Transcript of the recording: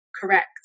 correct